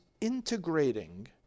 integrating